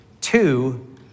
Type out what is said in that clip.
two